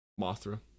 Mothra